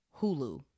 Hulu